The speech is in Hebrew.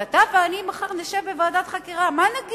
הרי אתה ואני נשב מחר בוועדת חקירה, מה נגיד?